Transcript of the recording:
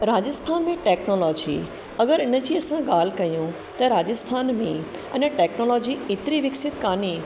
राजस्थान में टेक्नोलॉजी अगरि इन जी असां ॻाल्हि कयूं त राजस्थान में अञा टेक्नोलॉजी एतिरी विकसित कोन्हे